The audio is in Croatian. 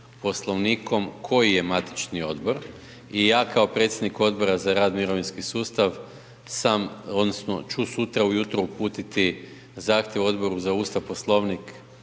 Poslovnikom koji je matični Odbor, i ja kao predsjednik Odbora za rad, mirovinski sustav, sam, odnosno ću sutra ujutro uputiti zahtjev Odboru za Ustav, Poslovnik